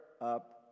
up